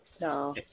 No